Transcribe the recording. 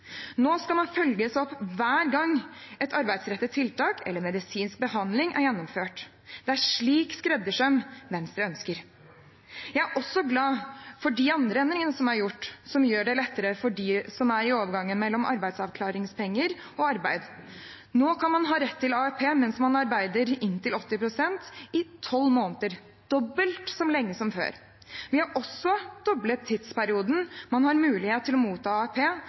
Nå skal man følges opp hver gang et arbeidsrettet tiltak eller en medisinsk behandling er gjennomført. Det er slik skreddersøm Venstre ønsker. Jeg er også glad for de andre endringene som er gjort, som gjør det lettere for dem som er i overgangen mellom arbeidsavklaringspenger og arbeid. Nå kan man ha rett til AAP mens man arbeider inntil 80 pst. i tolv måneder, dobbelt så lenge som før. Vi har også doblet tidsperioden man har mulighet til å motta